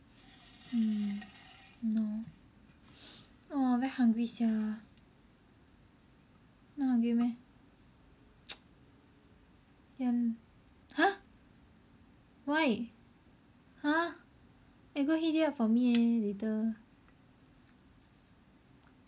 mm !hannor! !aww! very hungry sia not hungry meh diam !huh! why !huh! eh go heat it up for me leh later